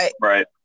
right